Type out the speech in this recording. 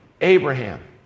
Abraham